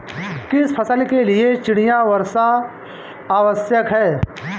किस फसल के लिए चिड़िया वर्षा आवश्यक है?